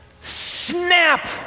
Snap